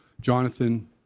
jonathan